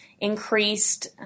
increased